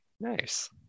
nice